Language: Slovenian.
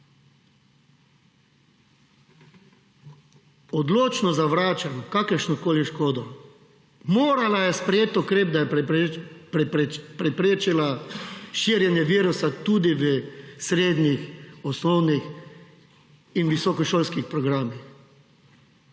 Odločno zavračam kakršnokoli škodo. Morala je sprejeti ukrep, da je preprečila širjenje virusa tudi v srednjih, osnovnih in visokošolskih programih.